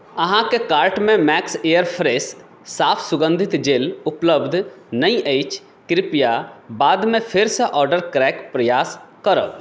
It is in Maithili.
अहाँके कार्ट मे मैक्स एयरफ्रेश साफ सुगन्धित जेल उपलब्ध नहि अछि कृपया बादमे फेरसँ ऑडर करैक प्रयास करब